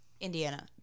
Indiana